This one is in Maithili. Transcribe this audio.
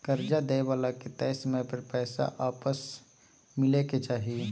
कर्जा दइ बला के तय समय पर पैसा आपस मिलइ के चाही